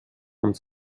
und